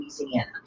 Louisiana